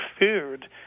food